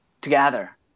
together